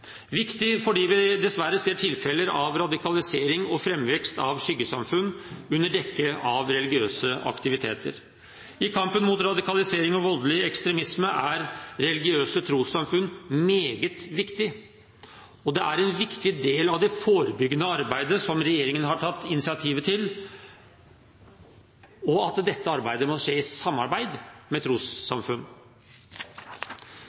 viktig fordi vi dessverre ser tilfeller av radikalisering og framvekst av skyggesamfunn under dekke av religiøse aktiviteter. I kampen mot radikalisering og voldelig ekstremisme er religiøse trossamfunn meget viktige, og det er en viktig del av det forebyggende arbeidet regjeringen har tatt initiativ til. Dette arbeidet må skje i samarbeid med